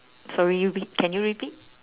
sorry we can you repeat